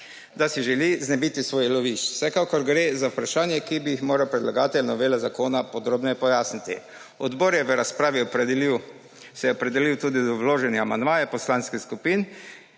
da si želi znebiti svojih lovišč. Vsekakor gre za vprašanje, ki bi jih moral predlagatelj novele zakona podrobneje pojasniti. Odbor se je v razpravi opredelil tudi do vloženih amandmajev poslanskih skupin